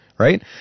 right